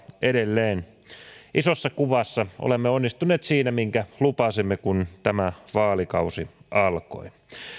edelleen isossa kuvassa olemme onnistuneet siinä minkä lupasimme kun tämä vaalikausi alkoi